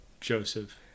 joseph